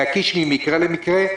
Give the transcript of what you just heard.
להקיש ממקרה למקרה?